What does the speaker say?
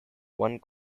one